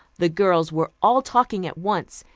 the girls were all talking at once,